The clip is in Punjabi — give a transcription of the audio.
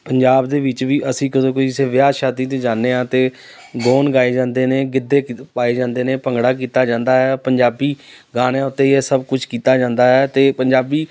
ਪੰਜਾਬ ਦੇ ਵਿੱਚ ਵੀ ਅਸੀਂ ਕਦੋਂ ਕਿਸੇ ਵਿਆਹ ਸ਼ਾਦੀ 'ਤੇ ਜਾਂਦੇ ਹਾਂ ਤਾਂ ਗੋਨ ਗਾਏ ਜਾਂਦੇ ਨੇ ਗਿੱਧੇ ਪਾਏ ਜਾਂਦੇ ਨੇ ਭੰਗੜਾ ਕੀਤਾ ਜਾਂਦਾ ਹੈ ਪੰਜਾਬੀ ਗਾਣਿਆਂ ਉੱਤੇ ਹੀ ਇਹ ਸਭ ਕੁਛ ਕੀਤਾ ਜਾਂਦਾ ਹੈ ਅਤੇ ਪੰਜਾਬੀ